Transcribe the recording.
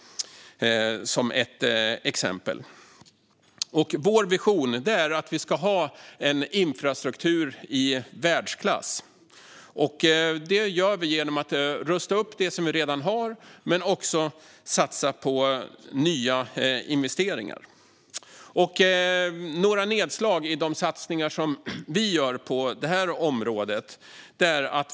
Vänsterpartiets vision är att Sverige ska ha en infrastruktur i världsklass. Det får vi genom att rusta upp det vi redan har och även satsa på nya investeringar. Låt mig göra några nedslag i de satsningar vi gör på detta område.